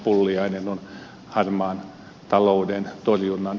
pulliainen on harmaan talouden torjunnan